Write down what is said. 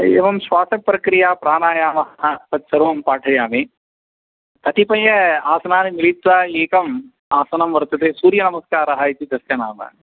एवं श्वासप्रक्रिया प्राणायामः तत्सर्वं पाठयामि कतिपय आसनानि मिलित्वा एकम् आसनं वर्तते सूर्यनमस्कारः इति तस्य नाम